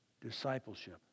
discipleship